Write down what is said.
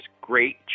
great